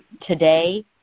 today